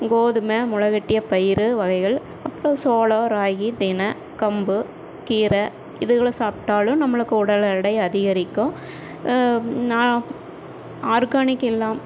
கோதுமை முளைக்கட்டிய பயிறு வகைகள் அப்புறோம் சோளம் ராகி தினை கம்பு கீரை இதுகளை சாப்பிட்டாலும் நம்மளுக்கு உடல் எடை அதிகரிக்கும் நான் ஆர்கானிக் இல்லாமல்